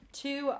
two